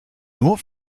nur